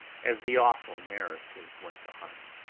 as the awful narrative went on,